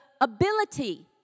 ability